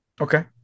Okay